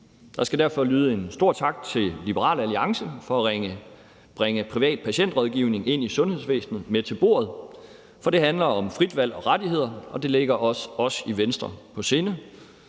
Der skal derfor lyde en stor tak til Liberal Alliance for at bringe privat patientrådgivning i sundhedsvæsenet med til bordet, for det handler om frit valg og rettigheder, og det ligger også os i Venstre på sinde.